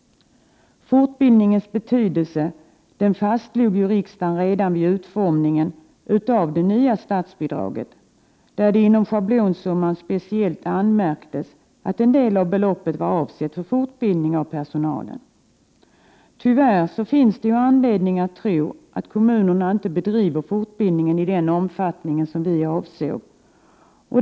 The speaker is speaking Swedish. Fortbildningens betydelse fastslog riksdagen redan vid utformningen av | det nya statsbidraget, där det inom schablonsumman speciellt anmärktes att en del av beloppet var avsett för fortbildning av personalen. Tyvärr finns det anledning att tro att kommunerna inte bedriver fortbildning i den omfattning som vi avsåg.